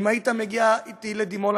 אם היית מגיע אתי לדימונה,